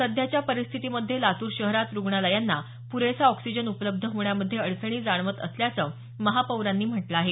सध्याच्या परिस्थितीमध्ये लातूर शहरात रुग्णालयांना पुरेसा ऑक्सिजन उपलब्ध होण्यामध्ये अडचणी जाणवत असल्याचं महापौरांनी म्हटलं आहे